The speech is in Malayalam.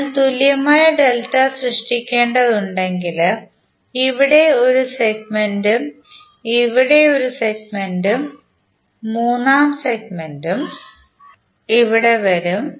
അതിനാൽ തുല്യമായ ഡെൽറ്റ സൃഷ്ടിക്കേണ്ടതുണ്ടെങ്കിൽ ഇവിടെ ഒരു സെഗ്മെന്റും ഇവിടെ ഒരു സെഗ്മെന്റും മൂന്നാം സെഗ്മെന്റും ഇവിടെ വരും